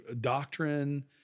doctrine